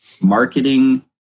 marketing